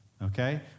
okay